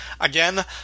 Again